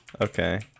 Okay